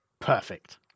Perfect